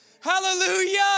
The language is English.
Hallelujah